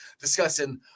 discussing